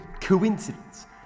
coincidence